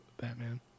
Batman